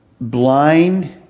blind